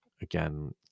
Again